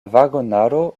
vagonaro